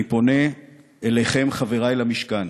אני פונה אליכם, חברי למשכן,